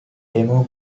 demo